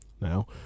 now